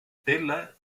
tela